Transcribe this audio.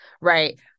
right